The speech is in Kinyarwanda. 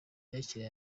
yakiriye